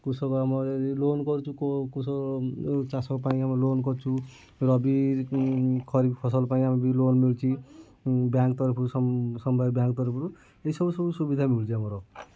କୃଷକ ଆମର ଯଦି ଲୋନ୍ କରୁଛୁ କୃଷକ ଚାଷ ପାଇଁ ଆମର ଲୋନ୍ କରିଛୁ ରବି ଖରିଫ୍ ଫସଲ ପାଇଁ ବି ଆମକୁ ଲୋନ୍ ମିଳୁଛି ବ୍ୟାଙ୍କ୍ ତରଫରୁ ସମ୍ ସମବାୟ ବ୍ୟାଙ୍କ୍ ତରଫରୁ ଏଇ ସବୁ ସବୁ ସୁବିଧା ମିଳୁଛି ଆମର